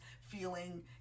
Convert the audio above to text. feeling